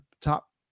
top